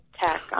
tech